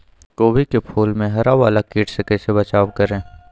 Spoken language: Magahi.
गोभी के फूल मे हरा वाला कीट से कैसे बचाब करें?